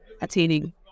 attaining